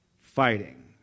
Fighting